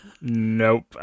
Nope